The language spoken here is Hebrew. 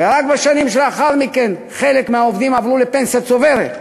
ורק בשנים שלאחר מכן חלק מהעובדים עברו לפנסיה צוברת.